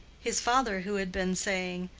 his father, who had been saying,